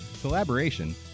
collaboration